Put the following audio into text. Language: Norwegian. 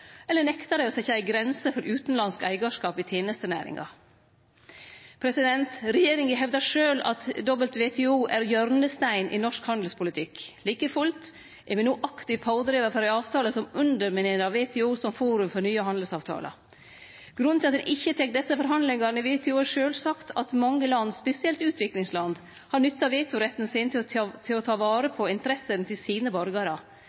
eller nekte dei å setje ei grense for utanlandsk eigarskap i tenestenæringar. Regjeringa hevdar sjølv at WTO er hjørnesteinen i norsk handelspolitikk. Like fullt er me no ein aktiv pådrivar for ein avtale som underminerer WTO som forum for nye handelsavtalar. Grunnen til at ein ikkje tek desse forhandlingane i WTO, er sjølvsagt at mange land, spesielt utviklingsland, har nytta vetoretten sin til å ta vare på interessene til sine borgarar.